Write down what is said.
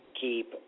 keep